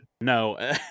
No